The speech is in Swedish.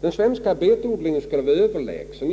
den svenska betodlingen skulle t.o.m. vara överlägsen.